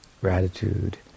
gratitude